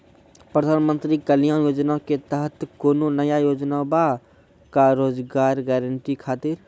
प्रधानमंत्री कल्याण योजना के तहत कोनो नया योजना बा का रोजगार गारंटी खातिर?